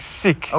sick